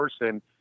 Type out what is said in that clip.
person